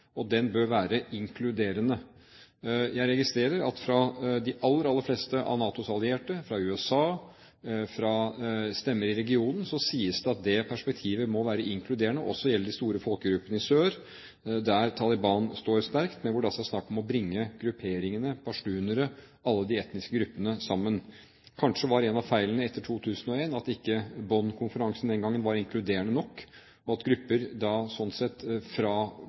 Den bør være inkluderende. Jeg registrerer at fra de aller fleste av NATOs allierte, fra USA og stemmer i regionene, sies det at det perspektivet må være inkluderende, også når det gjelder de store folkegruppene i sør, der Taliban står sterkt, men der det er snakk om å bringe grupperingene – pashtunerne og alle de etiske gruppene – sammen. Kanskje var en av feilene etter 2001 at ikke Bonn-konferansen den gangen var inkluderende nok, og at grupper